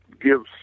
gives